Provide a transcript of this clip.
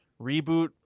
reboot